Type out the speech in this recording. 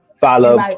Follow